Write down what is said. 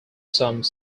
some